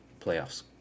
playoffs